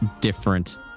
different